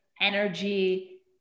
energy